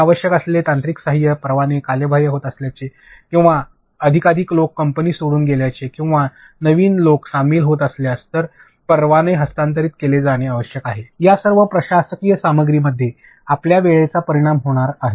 त्यांना आवश्यक असलेले तांत्रिक सहाय्य परवाने कालबाह्य होत असल्यास किंवा कधीकधी लोक कंपनी सोडून गेल्यास किंवा नवीन लोक सामील होत असतील तर परवाने हस्तांतरित केले जाणे आवश्यक आहे या सर्व प्रशासकीय सामग्रीमध्ये आपल्या वेळेचा परिणाम होणार आहे